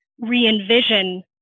re-envision